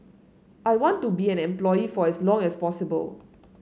I want to be an employee for as long as possible